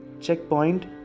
Checkpoint